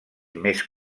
més